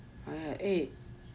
eh